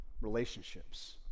relationships